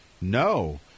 no